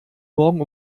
morgen